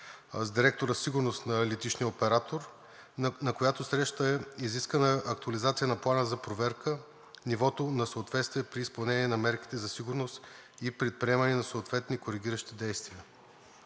с директора „Сигурност“ на летищния оператор, на която среща е изискана актуализация на Плана за проверка, нивото на съответствие при изпълнение на мерките за сигурност и предприемане на съответни коригиращи действия.